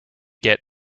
get